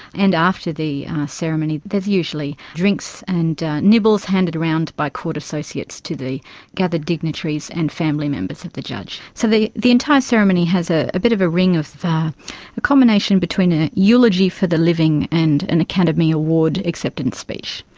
and after the ceremony there's usually drinks and nibbles handed around by court associates to the gathered dignitaries and family members of the judge. so the the entire ceremony has a a bit of a ring of a combination between a eulogy for the living and an academy award acceptance speech.